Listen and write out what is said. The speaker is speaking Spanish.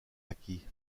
aquí